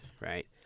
right